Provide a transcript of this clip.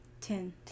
Ten